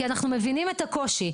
כי אנחנו מבינים את הקושי.